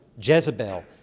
Jezebel